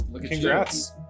Congrats